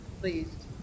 pleased